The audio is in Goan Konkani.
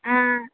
आं